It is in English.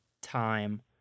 time